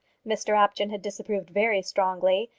mr apjohn had disapproved very strongly,